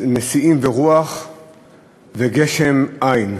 נשיאים ורוח וגשם אין,